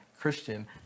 Christian